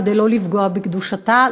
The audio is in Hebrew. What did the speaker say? כדי לא לפגוע בקדושתה,